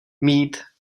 mít